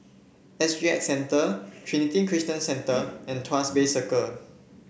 S G X Centre Trinity Christian Centre and Tuas Bay Circle